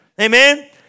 Amen